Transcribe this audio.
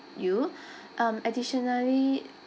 you um additionally